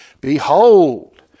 Behold